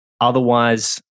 Otherwise